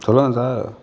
சொல்லுங்கள் சார்